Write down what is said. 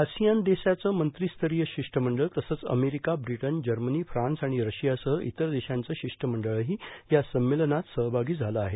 ASEAN देशाचं मंत्रिस्तरीय शिष्टमंडळ तसंच अमेरिका ब्रिटन जर्मनी फ्रान्स आणि रशियासह इतर देशांचं शिष्टमंडळही या संमेलनात सहभागी झालं आहे